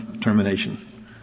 termination